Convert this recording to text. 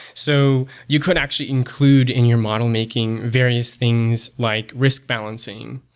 so you could actually include in your model-making various things like risk balancing,